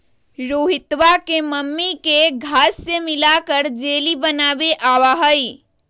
रोहितवा के मम्मी के घास्य मिलाकर जेली बनावे आवा हई